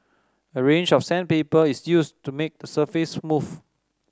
a range of sandpaper is used to make the surface smooth